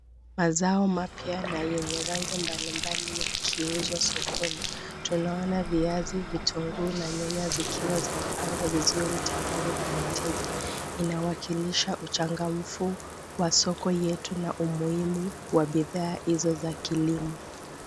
Mazao mapya na yenye rangi mbalimbali yakiuzwa sokoni, tunaona viazi, vitunguu na nyanya zikiwa zimepangwa vizuri tayari kwa wateja. Inawakilisha mchangamfu wa soko yetu na bidhaa hizo za kilimo.